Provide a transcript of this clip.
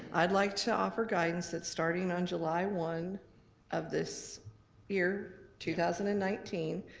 i'd like to offer guidance that, starting on july one of this year, two thousand and nineteen,